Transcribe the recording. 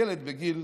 ילד בגיל